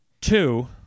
Two